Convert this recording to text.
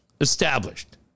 established